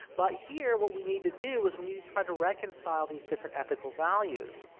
but here what we need to do is, we need to try to reconcile these different ethical values.